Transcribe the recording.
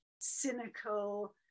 cynical